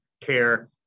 care